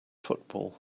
football